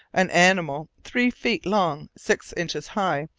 an animal three feet long, six inches high,